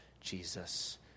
Jesus